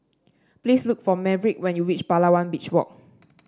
please look for Maverick when you reach Palawan Beach Walk